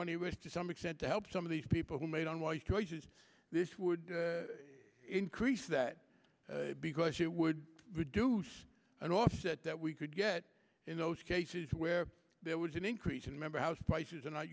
money which to some extent to help some of these people who made on wise choices this would increase that because it would reduce and offset that we could get in those cases where there was an increase in member house prices are not